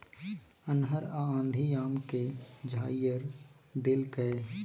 अन्हर आ आंधी आम के झाईर देलकैय?